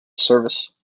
service